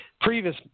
Previous